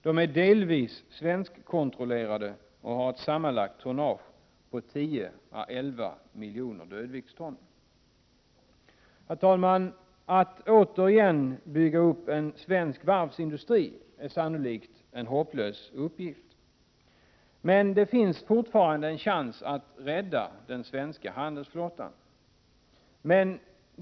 De är delvis svenskkontrollerade och har ett Att återigen bygga upp en svensk varvsindustri är sannolikt en hopplös uppgift. Men det finns fortfarande en chans att rädda den svenska handelsflottan.